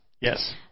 Yes